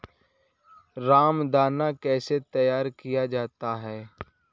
रामदाना कैसे तैयार किया जाता है?